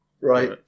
Right